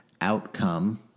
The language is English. outcome